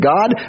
God